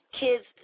kids